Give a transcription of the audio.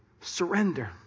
Surrender